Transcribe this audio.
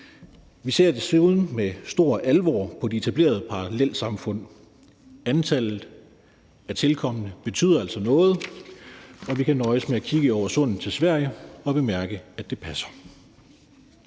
Vi ser desuden med stor alvor på de etablerede parallelsamfund. Antallet af tilkomne betyder altså noget, og vi kan nøjes med at kigge over sundet til Sverige og bemærke, at det passer.